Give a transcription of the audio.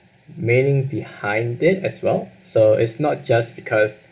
meaning behind it as well so it's not just because